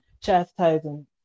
chastising